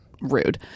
rude